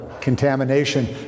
contamination